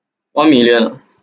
one million ah